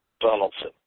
Donaldson